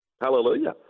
hallelujah